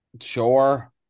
sure